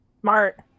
Smart